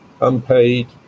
unpaid